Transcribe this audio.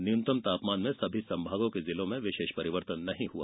न्यूनतम तापमान में सभी सम्भागों के जिलों में विशेष परिवर्तन नही हुआ